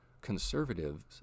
conservatives